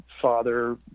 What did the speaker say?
father